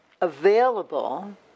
available